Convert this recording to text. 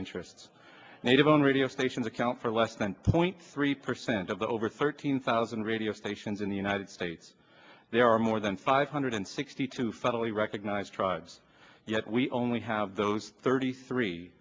interests and even radio stations account for less than two point three percent of the over thirteen thousand radio stations in the united states there are more than five hundred sixty two federally recognized tribes yet we only have those thirty three